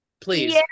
Please